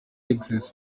alexis